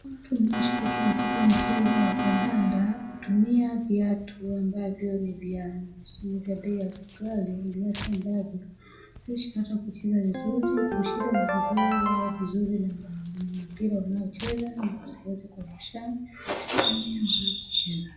Watu wanaoshiriki katika mchezo wa kandanda, hutumia viatu ambavyo ni vya, ni vya bei ya ghali. Viatu ambavyo sio ishara kucheza vizuri, kushika mguu wao vizuri na mpira wanaocheza, na wasiweze kuangushana pale wanapocheza.